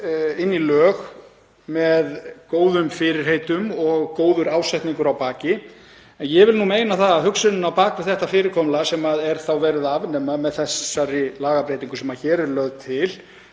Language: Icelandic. inn í lög með góðum fyrirheitum og góður ásetningur að baki. En ég vil nú meina að hugsunin á bak við þetta fyrirkomulag, sem er þá verið að afnema með þessari lagabreytingu sem hér er lögð til,